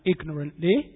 ignorantly